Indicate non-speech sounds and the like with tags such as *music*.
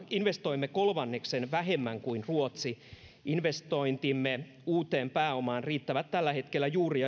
investoimme kolmanneksen vähemmän kuin ruotsi investointimme uuteen pääomaan riittävät tällä hetkellä juuri *unintelligible*